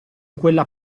quella